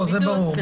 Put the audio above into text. זה ברור,